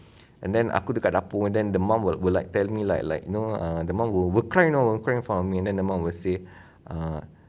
and then aku dekat dapur and then the mum would would like tell me lah like like you know err the mum will cry you know in front of me and then the mum will say err